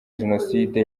jenoside